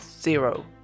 zero